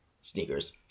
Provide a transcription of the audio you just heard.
sneakers